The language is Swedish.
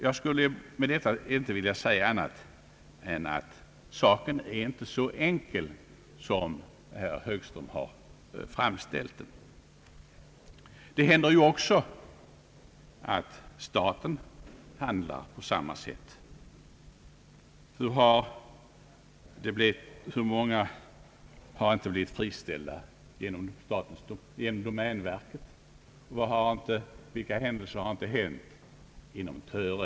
Jag vill med detta inte säga annat än att saken inte är så enkel som herr Högström har framställt den. Det händer ju också att staten vid rationaliseringsåtgärder handlar på samma sätt. Hur många har inte blivit friställda inom domänverket”? Och vad har inte hänt i Töre?